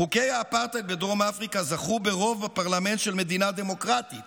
חוקי האפרטהייד בדרום אפריקה זכו ברוב בפרלמנט של מדינה דמוקרטית